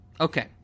Okay